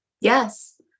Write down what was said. Yes